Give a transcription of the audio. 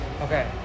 Okay